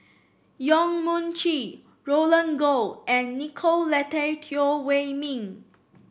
Yong Mun Chee Roland Goh and Nicolette Teo Wei Min